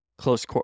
close